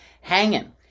hanging